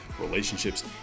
relationships